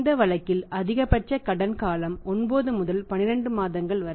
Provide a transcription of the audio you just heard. இந்த வழக்கில் அதிகபட்ச கடன் காலம் 9 முதல் 12 மாதங்கள் வரை